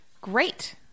Great